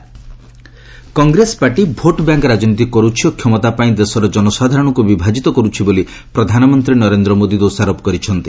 PM Modi Ajmer Congress party vote bank ରାଜନୀତି କରୁଛି ଓ କ୍ଷମତା ପାଇଁ ଦେଶର ଜନସାଧାରଣଙ୍କୁ ବିଭାଜିତ କରୁଛି ବୋଲି ପ୍ରଧାନମନ୍ତ୍ରୀ ନରେନ୍ଦ୍ର ମୋଦି ଦୋଷାରୋପ କରିଛନ୍ତି